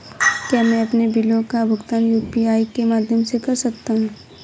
क्या मैं अपने बिलों का भुगतान यू.पी.आई के माध्यम से कर सकता हूँ?